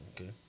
Okay